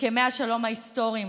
הסכמי השלום ההיסטוריים,